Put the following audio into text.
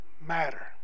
matter